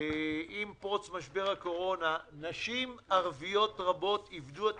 עם פרוץ משבר הקורונה נשים ערביות רבות איבדו את